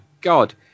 god